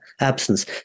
absence